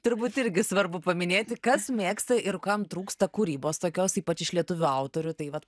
turbūt irgi svarbu paminėti kas mėgsta ir kam trūksta kūrybos tokios ypač iš lietuvių autorių tai vat